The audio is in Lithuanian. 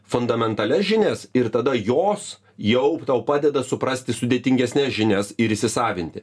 fundamentalias žinias ir tada jos jau tau padeda suprasti sudėtingesnes žinias ir įsisavinti